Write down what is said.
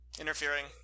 Interfering